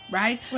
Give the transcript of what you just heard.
right